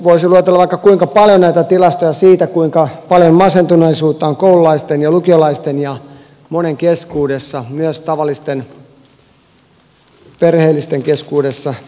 voisin luetella vaikka kuinka paljon näitä tilastoja siitä kuinka paljon masentuneisuutta on koululaisten ja lukiolaisten ja monien keskuudessa myös tavallisten perheellisten keskuudessa